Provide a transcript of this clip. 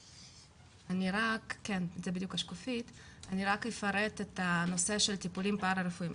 אני רק אפרט את הנושא של טיפולים פרא רפואיים.